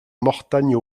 mortagne